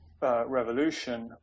revolution